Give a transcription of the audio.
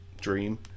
dream